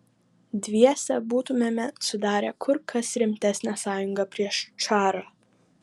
dviese būtumėme sudarę kur kas rimtesnę sąjungą prieš čarą